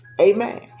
Amen